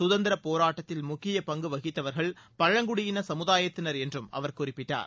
கதந்திரப் போராட்டத்தில் முக்கிய பங்கு வகித்தவர்கள் பழங்குடியின சமுதாயத்தினர் என்றும் அவர் குறிப்பிட்டார்